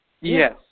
Yes